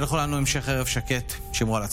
מדינת ישראל מסרבת לחיות חיים של פחד ואלימות.